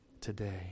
today